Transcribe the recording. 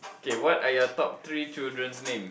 okay what are your top three children's name